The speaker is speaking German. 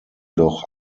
doch